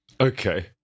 Okay